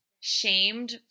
shamed